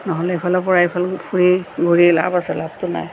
নহ'লে এইফালৰ পৰা সেইফাল ফুৰি ঘূৰি লাভ আছে লাভটো নাই